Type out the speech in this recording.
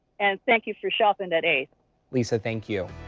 and thank you for shopping at a lisa thank you.